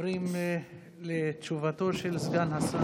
עובר בין אחד לשני ומעודד,